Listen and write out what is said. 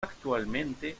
actualmente